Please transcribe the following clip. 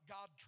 God